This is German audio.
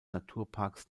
naturparks